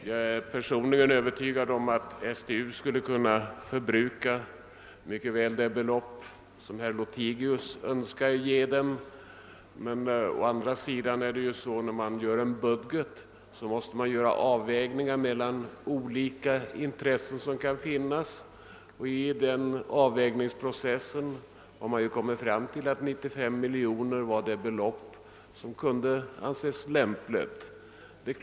Jag är övertygad ort att styrelsen för teknisk utveckling mycket lätt kan förbruka det belopp som herr Lothigius här vill ge den, men när man gör upp en budget måste man ju göra en avvägning mellan olika intressen, och i den avvägning som här gjorts har man kommit fram till att 95 miljoner kronor är ett lämpligt belopp.